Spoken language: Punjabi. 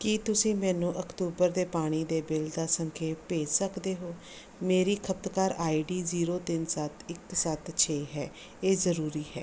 ਕੀ ਤੁਸੀਂ ਮੈਨੂੰ ਅਕਤੂਬਰ ਦੇ ਪਾਣੀ ਦੇ ਬਿੱਲ ਦਾ ਸੰਖੇਪ ਭੇਜ ਸਕਦੇ ਹੋ ਮੇਰੀ ਖਪਤਕਾਰ ਆਈਡੀ ਜ਼ੀਰੋ ਤਿੰਨ ਸੱਤ ਇੱਕ ਸੱਤ ਛੇ ਹੈ ਇਹ ਜ਼ਰੂਰੀ ਹੈ